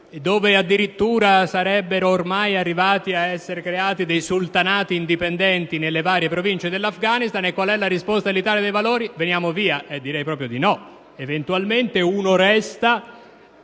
dove addirittura sarebbero ormai arrivati ad essersi creati dei sultanati indipendenti nelle varie province dell'Afghanistan, e qual è la risposta dell'Italia dei Valori? Andiamo via! Direi proprio di no. Eventualmente uno resta,